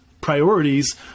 priorities